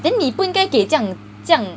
then 你不应该给这样这样